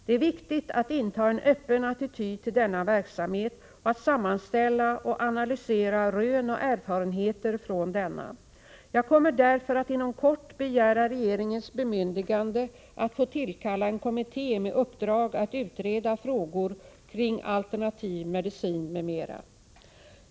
Det är viktigt att inta en öppen attityd till denna verksamhet och att sammanställa och analysera rön och erfarenheter från denna. Jag kommer därför att inom kort begära regeringens bemyndigande att få tillkalla en kommitté med uppdrag att utreda frågor kring alternativ medicin m.m.